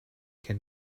can